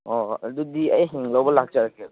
ꯑꯣ ꯑꯣ ꯑꯗꯨꯗꯤ ꯑꯩ ꯍꯌꯦꯡ ꯂꯧꯕ ꯂꯥꯛꯆꯔꯒꯦꯀꯣ